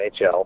NHL